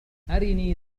أرني